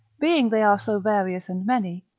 being they are so various and many,